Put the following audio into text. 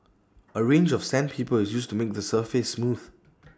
A range of sandpaper is used to make the surface smooth